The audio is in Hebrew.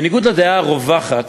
בניגוד לדעה הרווחת,